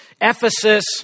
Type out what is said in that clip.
Ephesus